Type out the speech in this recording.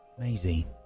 Maisie